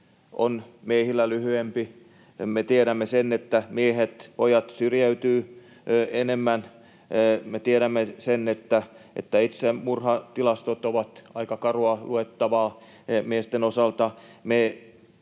on miehillä lyhyempi. Me tiedämme, että miehet ja pojat syrjäytyvät enemmän. Me tiedämme, että itsemurhatilastot ovat aika karua luettavaa miesten osalta.